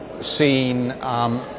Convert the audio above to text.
seen